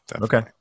Okay